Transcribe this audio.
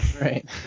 Right